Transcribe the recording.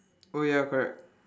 oh ya correct